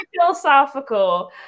philosophical